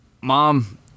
Mom